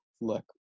look